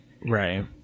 Right